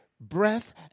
breath